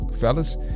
fellas